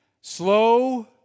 Slow